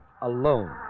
alone